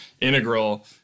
integral –